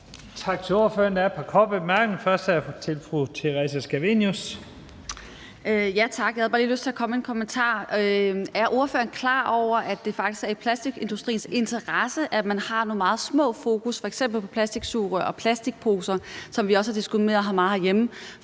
Tak til ordføreren. Der er et par korte bemærkninger. Først er det fra fru Theresa Scavenius. Kl. 15:35 Theresa Scavenius (UFG): Tak. Jeg havde bare lige lyst til at komme med en kommentar. Er ordføreren klar over, at det faktisk er i plastikindustriens interesse, at man har nogle meget små fokus, f.eks. på plastiksugerør og plastikposer, som vi også har diskuteret meget herhjemme,